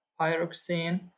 pyroxene